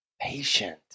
patient